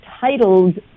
titled